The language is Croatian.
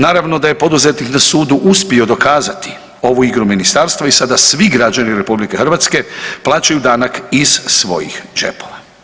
Naravno da je poduzetnik na sudu uspio dokazati ovu igru ministarstva i sada svi građani RH plaćaju danak iz svojih džepova.